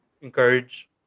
encourage